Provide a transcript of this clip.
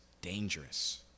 dangerous